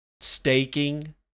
Staking